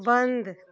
बंद